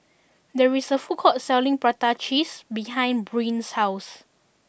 there is a food court Selling Prata Cheese behind Brynn's house